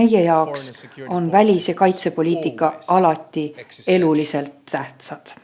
Meie jaoks on välis‑ ja kaitsepoliitika alati eluliselt tähtsad.